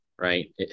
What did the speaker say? right